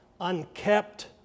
unkept